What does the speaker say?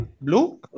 Blue